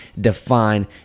define